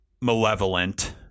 malevolent